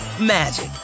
magic